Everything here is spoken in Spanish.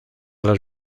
los